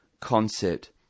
concept